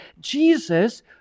Jesus